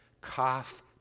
cough